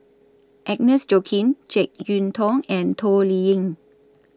Agnes Joaquim Jek Yeun Thong and Toh Liying